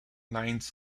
lines